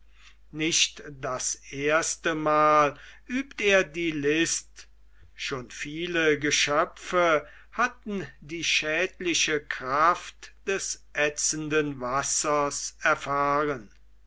nicht das erstemal übt er die list schon viele geschöpfe hatten die schädliche kraft des ätzenden wassers erfahren